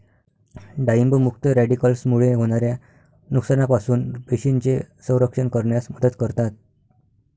डाळिंब मुक्त रॅडिकल्समुळे होणाऱ्या नुकसानापासून पेशींचे संरक्षण करण्यास मदत करतात